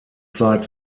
zeit